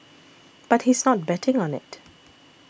but he's not betting on it